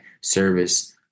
service